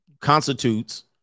constitutes